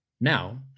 Now